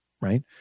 right